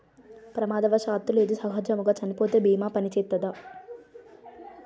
ప్రమాదవశాత్తు లేదా సహజముగా చనిపోతే బీమా పనిచేత్తదా?